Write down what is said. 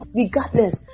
regardless